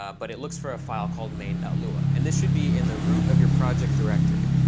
ah but it looks for a file called main lua. and this should be in the root of your project directory.